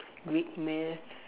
Greek myth